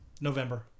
November